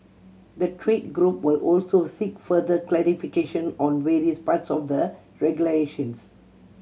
the trade group will also seek further clarification on various parts of the regulations